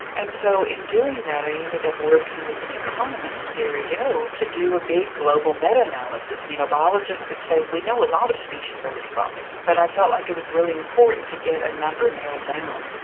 and so in doing that i ended up working with an economist, gary yohe, to do a big global meta-analysis. you know biologists could say we know a lot of species are responding, but i felt like it was really important to get a number nailed down.